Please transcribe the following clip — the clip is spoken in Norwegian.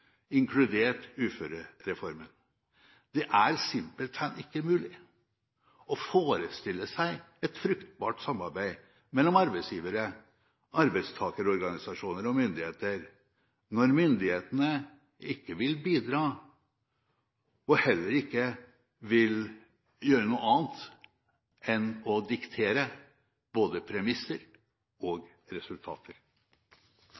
inkludert pensjonsordningen og uførereformen. Det er simpelthen ikke mulig å forestille seg et fruktbart samarbeid mellom arbeidsgivere, arbeidstakerorganisasjoner og myndigheter når myndighetene ikke vil bidra, og heller ikke vil gjøre noe annet enn å diktere både premisser